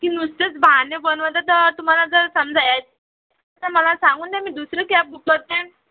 की नुसतेच बहाणे बनवता तर तुम्हाला जर समजेल तर मला सांगून द्या मी दुसरी कॅब बुक करते